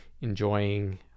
enjoying